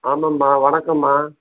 ஆமாம்மா வணக்கம்மா